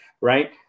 right